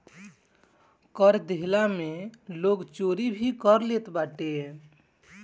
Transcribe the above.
कर देहला में लोग चोरी भी कर लेत बाटे